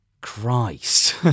Christ